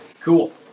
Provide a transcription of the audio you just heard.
Cool